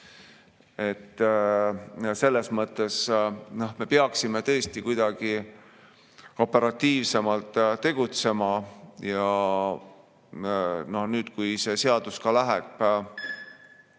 Selles mõttes me peaksime tõesti kuidagi operatiivsemalt tegutsema. Ja kui see seadus läheb